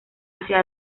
hacia